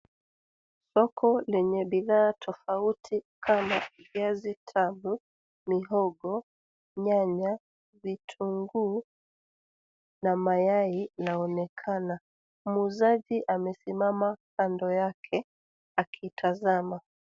Soko lenye bidhaa tofauti kama viazi tamu, mihogo, nyanya. vitunguu na mayai inaonekana. Muuzaji amesimama kando yake akiitazama.